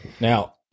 Now